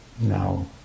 now